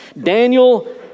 Daniel